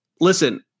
listen